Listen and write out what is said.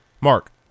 Mark